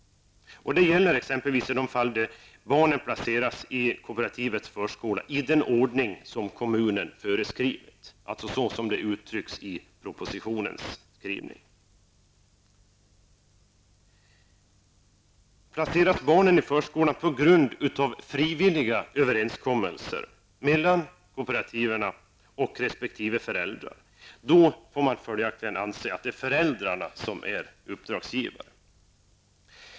Det gäller exempelvis i de fall där barnen placeras i kooperativets förskola i den ordning som kommunen föreskriver, såsom uttrycks i propositionens skrivning. Placeras barnen i förskolan på grund av frivilliga överenskommelser mellan kooperativet och resp. föräldrar får man följaktligen anse att föräldrarna är uppdragsgivare.